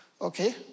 okay